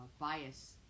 bias